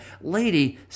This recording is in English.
Lady